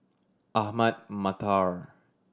Ahmad Mattar